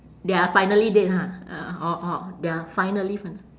they are finally dead ah orh orh they are finally fina~